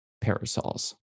parasols